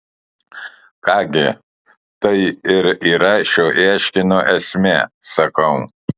ką gi tai ir yra šio ieškinio esmė sakau